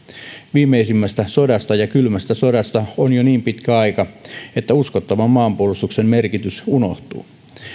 viimeisimmästä sodasta ja kylmästä sodasta on jo niin pitkä aika että uskottavan maanpuolustuksen merkitys unohtuu